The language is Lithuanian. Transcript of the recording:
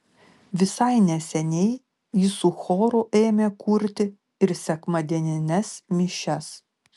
visai neseniai jis su choru ėmė kurti ir sekmadienines mišias